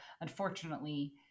unfortunately